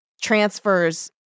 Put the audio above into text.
transfers